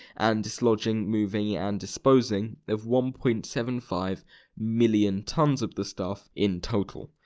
and dislodging, moving, and disposing of one point seven five million tons of the stuff in total.